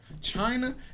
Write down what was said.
China